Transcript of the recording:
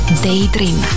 Daydream